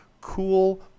cool